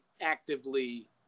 actively